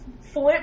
flip